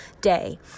day